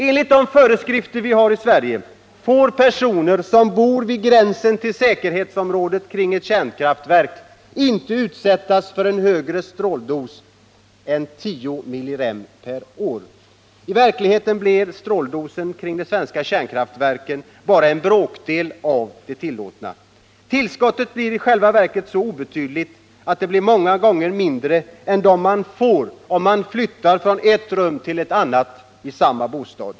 Enligt de föreskrifter vi har i Sverige får personer som bor vid gränsen till säkerhetsområdet kring ett kärnkraftverk inte utsättas för en högre stråldos än 10 millirem per år. I verkligheten blir stråldosen kring de svenska kärnkraftverken bara en bråkdel av den tillåtna. Tillskottet blir i själva verket så obetydligt att det blir många gånger mindre än det man kan få om man flyttar från ett rum till ett annat i samma bostad.